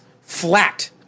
flat